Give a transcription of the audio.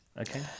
Okay